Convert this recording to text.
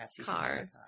car